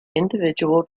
individual